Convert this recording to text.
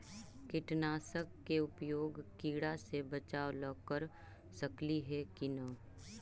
कीटनाशक के उपयोग किड़ा से बचाव ल कर सकली हे की न?